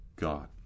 God